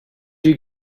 you